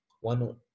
One